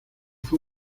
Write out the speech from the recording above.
fue